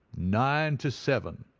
nine to seven!